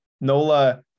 nola